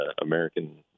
American